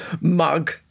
mug